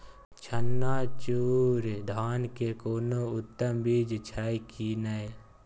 चननचूर धान के कोनो उन्नत बीज छै कि नय?